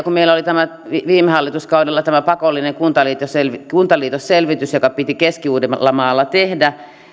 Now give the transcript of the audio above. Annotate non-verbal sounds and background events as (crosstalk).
(unintelligible) kun meillä oli viime hallituskaudella tämä pakollinen kuntaliiton selvitys kuntaliiton selvitys joka piti keski uudellamaalla tehdä